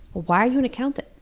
why are you an accountant?